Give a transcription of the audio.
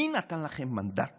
מי נתן לכם מנדט